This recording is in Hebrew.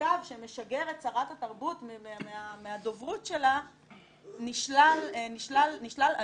מכתב שמשגרת שרת התרבות מהדוברות שלה נשלל ענף,